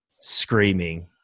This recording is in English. screaming